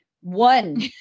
One